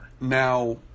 Now